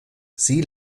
sie